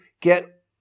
get